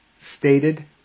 stated